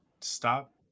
stop